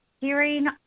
hearing